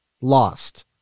lost